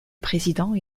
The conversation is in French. président